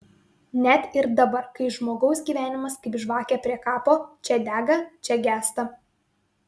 net ir dabar kai žmogaus gyvenimas kaip žvakė prie kapo čia dega čia gęsta